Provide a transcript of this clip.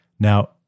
Now